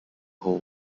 hole